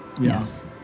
Yes